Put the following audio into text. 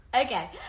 Okay